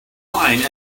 wine